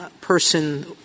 person